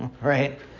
right